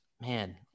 Man